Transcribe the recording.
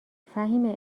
فهیمه